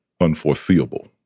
unforeseeable